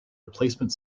replacement